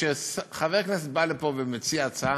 כשחבר כנסת בא לפה ומציע הצעה,